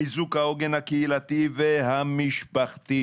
חיזוק העוגן הקהילתי והמשפחתי.